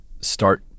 start